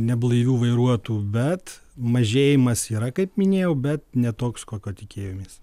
neblaivių vairuotojų bet mažėjimas yra kaip minėjau bet ne toks kokio tikėjomės